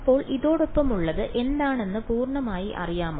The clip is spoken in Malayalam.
അപ്പോൾ ഇതോടൊപ്പമുള്ളത് എന്താണെന്ന് പൂർണ്ണമായി അറിയാമോ